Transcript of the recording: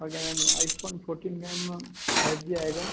okay ma'am iPhone fourteen ma'am five G आएगा